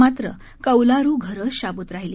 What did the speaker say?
परंत् कौलारू घरे शाबूत राहिली